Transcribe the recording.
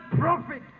profit